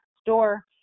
store